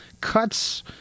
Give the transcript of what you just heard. cuts